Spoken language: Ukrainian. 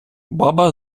баба